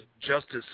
justice